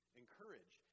encourage